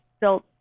built